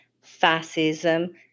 fascism